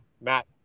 Matt